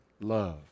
love